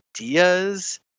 ideas